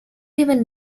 even